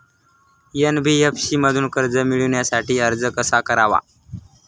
NBFC मधून कर्ज मिळवण्यासाठी अर्ज कसा करावा?